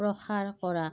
প্ৰসাৰ কৰা